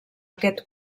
aquest